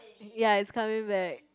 ya it's coming back